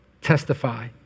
testify